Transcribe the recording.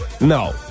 No